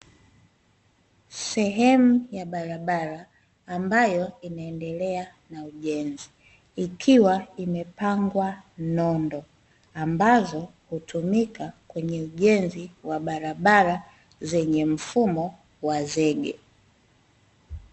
Sehemu ya barabara ambayo inaendelea na ujenzi ikiwa imepangwa nondo, ambazo hutumika kwenye ujenzi wa barabara zenye mfumo wa zege.